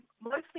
mostly